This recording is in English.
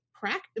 practice